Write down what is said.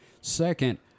Second